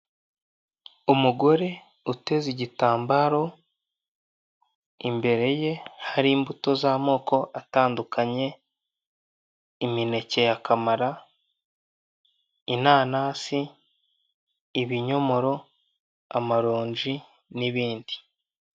Umugore uteze igitambaro, imbere ye hari imbuto z'amoko atandukanye imineke ya kamara, inanasi, ibinyomoro, amaronji n'ibindi.